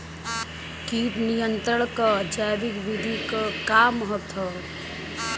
कीट नियंत्रण क जैविक विधि क का महत्व ह?